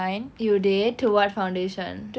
you did to what foundation